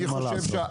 מה לעשות?